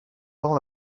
all